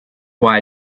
why